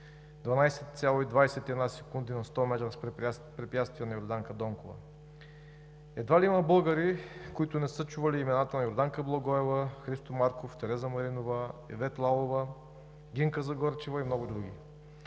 12,21 секунди на 100 метра с препятствия на Йорданка Донкова. Едва ли има българи, които не са чували имената на Йорданка Благоева, Христо Марков, Тереза Маринова, Ивет Лалова, Гинка Загорчева и много други.